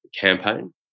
campaign